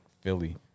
Philly